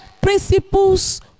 principles